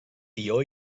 tió